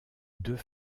deux